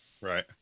right